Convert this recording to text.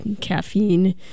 caffeine